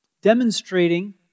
demonstrating